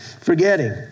forgetting